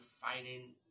fighting